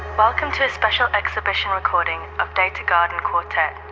welcome to a special exhibition recording of data garden quartet,